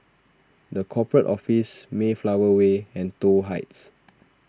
the Corporate Office Mayflower Way and Toh Heights